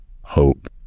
hope